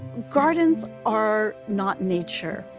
gardens are not nature,